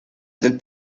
del